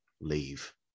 leave